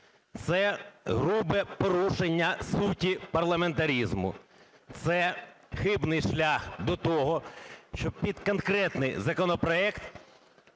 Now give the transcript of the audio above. Це грубе порушення суті парламентаризму, це хибний шлях до того, щоб під конкретний законопроект